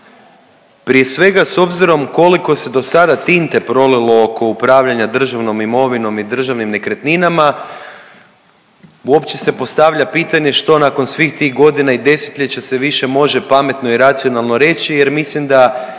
Prije svega s obzirom koliko se dosada tinte prolilo oko upravljanja državnom imovinom i državnim nekretninama uopće se postavlja pitanje što nakon svih tih godina i 10-ljeća se više može pametno i racionalno reći jer mislim da